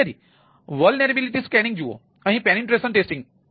તેથી તે vulnerability scanning છે